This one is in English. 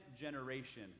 generation